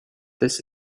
this